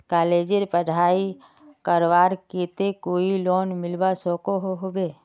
कॉलेजेर पढ़ाई करवार केते कोई लोन मिलवा सकोहो होबे?